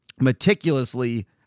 meticulously